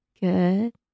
Good